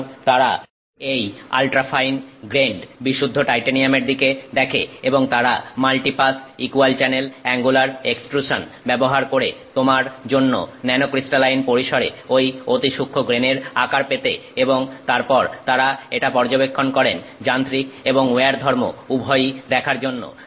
সুতরাং তারা এই আল্ট্রাফাইন গ্রেনড বিশুদ্ধ টাইটেনিয়ামের দিকে দেখে এবং তারা multi pass equal channel angular extrusion ব্যবহার করে তোমার জন্য ন্যানোক্রিস্টালাইন পরিসরে ঐ অতি সূক্ষ্ম গ্রেনের আকার পেতে এবং তারপর তারা এটা পর্যবেক্ষণ করেন যান্ত্রিক এবং উইয়ার ধর্ম উভয়ই দেখার জন্য